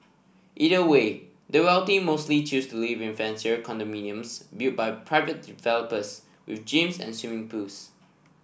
either way the wealthy mostly choose to live in fancier condominiums built by private developers with gyms and swimming pools